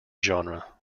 genre